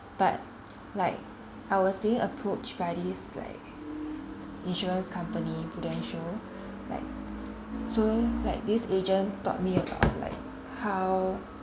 but like I was being approached by this like insurance company Prudential like so like this agent taught me about like how